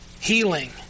Healing